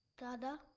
dada?